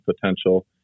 potential